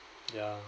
ya